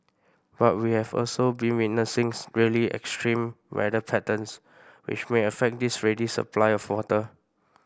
but we have also been witnessing really extreme weather patterns which may affect this ready supply of water